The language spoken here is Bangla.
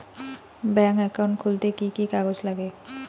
ব্যাঙ্ক একাউন্ট খুলতে কি কি কাগজ লাগে?